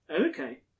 Okay